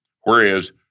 Whereas